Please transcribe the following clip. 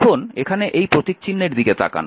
এখন এখানে এই প্রতীকচিহ্নের দিকে তাকান